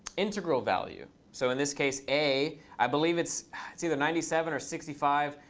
integral value. so in this case, a, i believe, it's it's either ninety seven or sixty five.